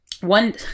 one